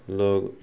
لوگ